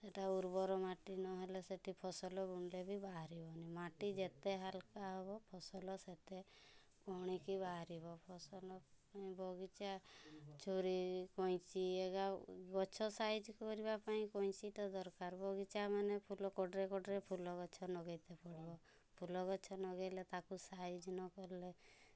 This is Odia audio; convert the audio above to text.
ଏଇଟା ଉର୍ବର ମାଟି ନହେଲେ ସେଇଠି ଫସଲ ଗଣ୍ଡେ ବି ବାହାରିବ ନି ମାଟି ଯେତେ ହାଲ୍କା ହବ ଫସଲ ସେତେ କଅଁଳି କି ବାହାରିବ ଫସଲ ବଗିଚା ଛୁରୀ କଉଁଚି ହେଇ କା ଗଛ ସାଇଜ୍ କରିବା ପାଇଁ କଇଁଚି ତ ଦରକାରେ ବଗିଚା ମାନେ ଫୁଲ କଡ଼ରେ କଡ଼ରେ ଫୁଲଗଛ ଲଗେଇ ତ ପଡ଼ିବ ଫୁଲଗଛ ଲଗାଇଲେ ତାକୁ ସାଇଜ୍ ନ କରିଲେ